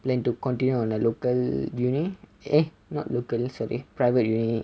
plan to continue on a local uni eh not local sorry private uni